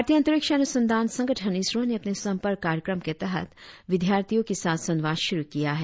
भरतीय अंतरिक्ष अनुसंधान संगठन इसरो ने अपने संपर्क कार्यक्रम के तहत विद्यार्थियों के साथ संवाद श्रु किया है